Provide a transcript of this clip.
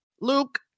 Luke